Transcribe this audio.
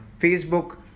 Facebook